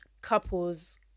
couples